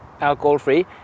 Alcohol-free